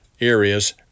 areas